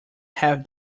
have